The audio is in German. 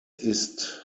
ist